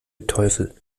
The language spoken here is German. teufel